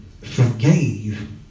forgave